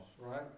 right